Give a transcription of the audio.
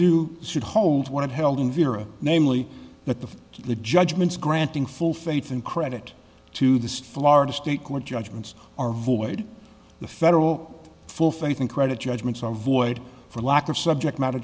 do should hold one of held in veera namely that the the judgments granting full faith and credit to this florida state court judgments are void the federal full faith and credit judgments are void for lack of subject matter